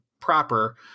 proper